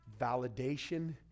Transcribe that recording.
validation